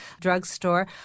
drugstore